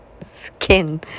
skin